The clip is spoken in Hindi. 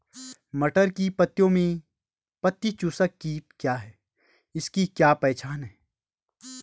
मटर की पत्तियों में पत्ती चूसक कीट क्या है इसकी क्या पहचान है?